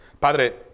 Padre